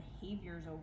behaviors